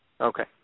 Okay